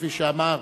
כפי שאמר,